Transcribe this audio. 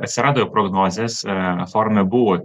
atsirado prognozės e forume buvo